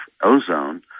ozone